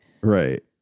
Right